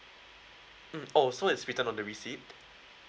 mm oh so it's written on the receipt